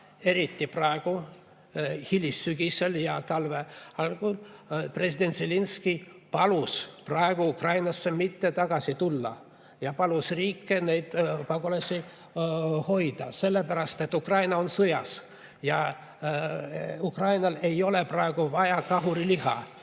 eriti praegu, hilissügisel ja talve algul, president Zelenskõi palus praegu Ukrainasse mitte tagasi tulla ja palus riike neid pagulasi hoida, sellepärast et Ukraina on sõjas ja Ukrainal ei ole praegu vaja kahuriliha.